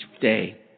day